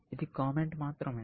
ఇది కామెంట్ మాత్రమే